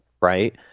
right